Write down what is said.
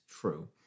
true